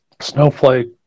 Snowflake